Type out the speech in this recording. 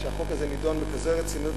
כשהחוק הזה נדון בכזאת רצינות,